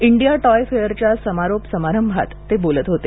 India toy फेअरच्या समारोप समारंभात ते बोलत होते